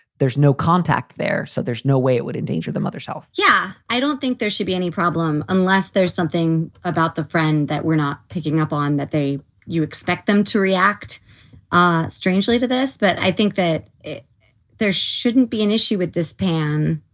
there's no contact there, so there's no way it would endanger the mother's health yeah, i don't think there should be any problem unless there's something about the friend that we're not picking up on that they you expect them to react ah strangely to this. but i think that there shouldn't be an issue with this pan.